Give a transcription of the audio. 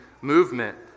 movement